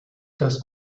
das